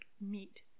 meat